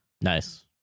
Nice